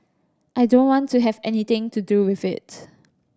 I don't want to have anything to do with it